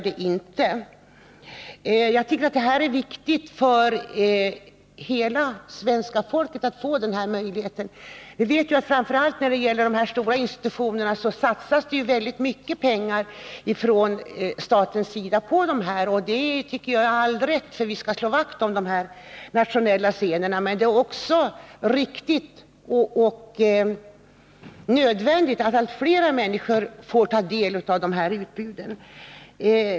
Det är enligt min uppfattning viktigt för hela svenska folket att få möjlighet att genom TV ta del av föreställningar som ges på Operan och Dramatiska teatern. Det satsas ju väldigt mycket pengar från statens sida på de här institutionerna — med all rätt, för vi skall slå vakt om de nationella scenerna. Men det är också riktigt och nödvändigt att fler människor får ta del av deras utbud.